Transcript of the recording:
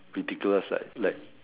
ridiculous like like